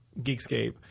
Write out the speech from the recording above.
Geekscape